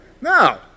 No